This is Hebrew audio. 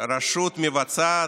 רשות מבצעת,